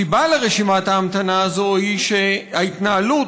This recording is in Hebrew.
הסיבה לרשימת ההמתנה הזו היא שההתנהלות